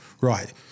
Right